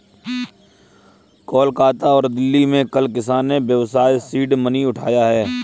कोलकाता और दिल्ली में कल किसान ने व्यवसाय सीड मनी उठाया है